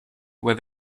where